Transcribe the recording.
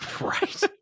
Right